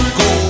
go